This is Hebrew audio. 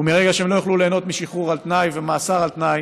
ומרגע שהם לא יוכלו ליהנות משחרור על תנאי ומאסר על תנאי,